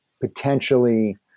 potentially